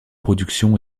production